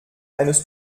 eines